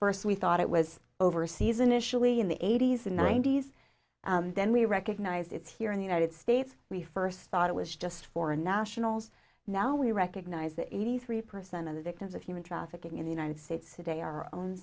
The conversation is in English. first we thought it was overseas initially in the eighty's and ninety's then we recognized it's here in the united states we first thought it was just foreign nationals now we recognize that eighty three percent of the victims of human trafficking in the united states today are own